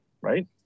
right